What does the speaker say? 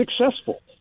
successful